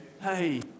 Hey